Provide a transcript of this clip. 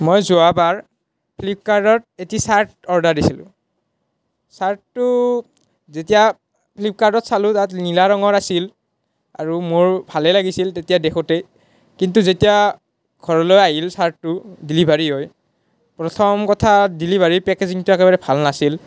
মই যোৱাবাৰ ফ্লিপকাৰ্টত এটি চাৰ্ট অৰ্ডাৰ দিছিলোঁ চাৰ্টটো যেতিয়া ফ্লিপকাৰ্টত চালোঁ তাত নীলা ৰঙৰ আছিল আৰু মোৰ ভালেই লাগিছিল তেতিয়া দেখোতেই কিন্তু যেতিয়া ঘৰলৈ আহিল চাৰ্টটো ডেলিভাৰী হৈ প্ৰথম কথা ডেলিভাৰী পেকেজিংটো একেবাৰে ভাল নাছিল